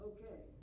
Okay